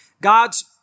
God's